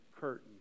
curtain